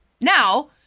Now